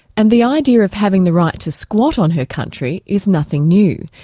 and the idea of having the right to squat on her country is nothing new.